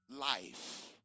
life